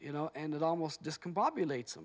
you know and it almost discombobulate